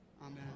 Amen